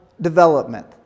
development